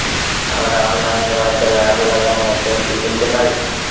আমরা অনলাইনের মাধ্যমে আলু লাগানো মেশিন কি কিনতে পারি?